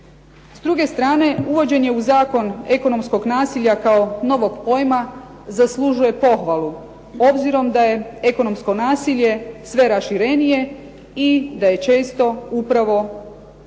S druge strane uvođenje u zakon ekonomskog nasilja kao novog pojma zaslužuje pohvalu, obzirom da je ekonomsko nasilje sve raširenije i da je često upravo se